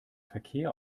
verkehr